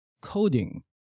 coding